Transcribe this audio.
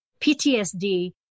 PTSD